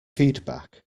feedback